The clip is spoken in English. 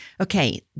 okay